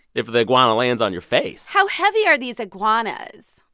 if the iguana lands on your face? how heavy are these iguanas?